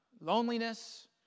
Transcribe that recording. loneliness